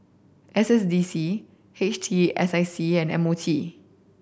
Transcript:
S S D C H T S I C and M O T